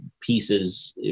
pieces